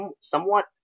somewhat